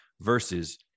versus